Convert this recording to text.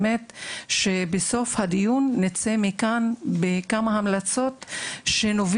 שבאמת בסוף הדיון נצא מכאן עם כמה המלצות על שנוכל